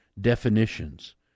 definitions